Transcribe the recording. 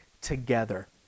together